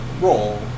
roll